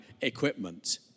equipment